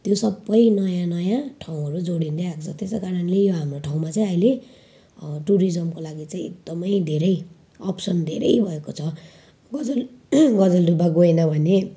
त्यो सबै नयाँ नयाँ ठाउँहरू जोडिँदै आएको छ त्यसै कारणले यो ठाउँमा चाहिँ अहिले टुरिज्मको लागि चाहिँ एकदमै धेरै अप्सन धेरै भएको छ गजल गजलडुबा गएन भने